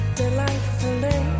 delightfully